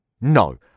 No